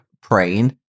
praying